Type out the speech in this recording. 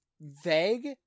vague